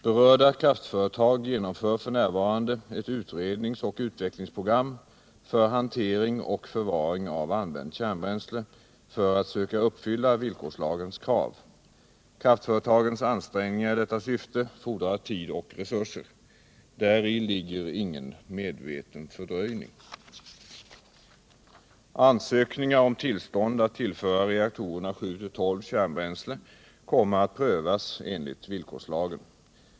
Berörda kraftföretag genomför f. n. ett utredningsoch utvecklingsprogram för hantering och förvaring av använt kärnbränsle för att söka uppfylla villkorslagens krav. Kraftföretagens ansträngningar i detta syfte fordrar tid och resurser. Däri ligger ingen ”medveten fördröjning”. Ansökningar om tillstånd att tillföra reaktorerna 7-12 kärnbränsle kommer att prövas enligt villkorslagen.